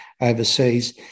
overseas